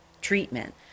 treatment